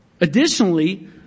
Additionally